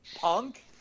punk